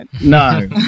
No